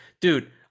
Dude